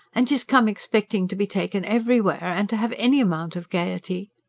and she's come expecting to be taken everywhere and to have any amount of gaiety.